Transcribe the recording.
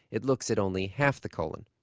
it looks at only half the colon.